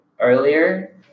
earlier